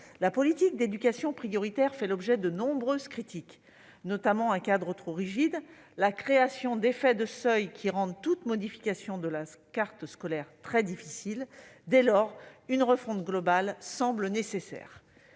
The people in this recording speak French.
La politique d'éducation prioritaire fait l'objet de nombreuses critiques : notamment un cadre trop rigide ou des effets de seuil qui rendent toute modification de la carte scolaire très difficile. Dès lors, une refonte globale semble nécessaire.